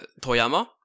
Toyama